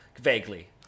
Vaguely